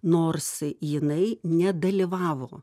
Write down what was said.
nors jinai nedalyvavo